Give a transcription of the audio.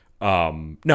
No